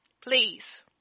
please